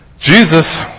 Jesus